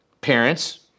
parents